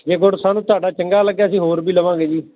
ਜੇ ਗੁੜ ਸਾਨੂੰ ਤੁਹਾਡਾ ਚੰਗਾ ਲੱਗਿਆ ਅਸੀਂ ਹੋਰ ਵੀ ਲਵਾਂਗੇ ਜੀ